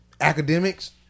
Academics